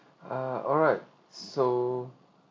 uh alright so